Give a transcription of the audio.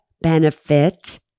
benefit